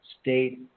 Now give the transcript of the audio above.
state